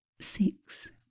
six